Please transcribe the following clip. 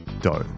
dough